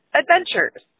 adventures